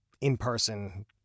in-person